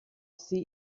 sie